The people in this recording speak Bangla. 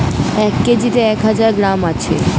এক কেজিতে এক হাজার গ্রাম আছে